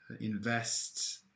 invest